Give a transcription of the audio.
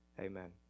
amen